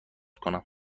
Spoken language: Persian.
کنم